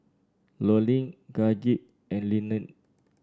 Lurline Gaige and Leeann